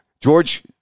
George